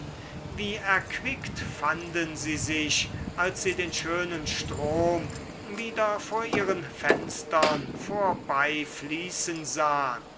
wie erquickt fanden sie sich als sie den schönen strom wieder vor ihren fenstern vorbeifließen sahen